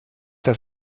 das